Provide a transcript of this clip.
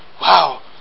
wow